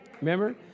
Remember